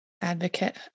advocate